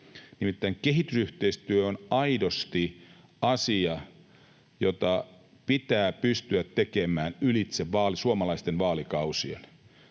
kehitysyhteistyö on aidosti asia, jota pitää pystyä tekemään ylitse suomalaisten vaalikausien.